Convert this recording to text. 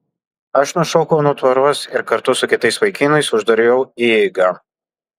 aš nušokau nuo tvoros ir kartu su kitais vaikinais uždariau įeigą